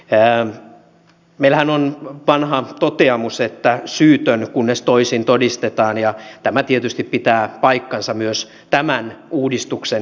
meillähän on vanha toteamus että syytön kunnes toisin todistetaan ja tämä tietysti pitää paikkansa myös tämän uudistuksen jälkeen